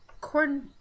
corn